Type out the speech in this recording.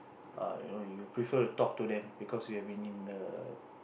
err you know you prefer to talk to them because you have been in the